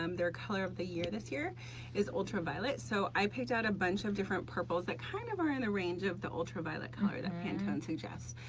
um their color of the year this year is ultraviolet. so i picked a bunch of different purples that kind of are in the range of the ultraviolet color that pantone suggests.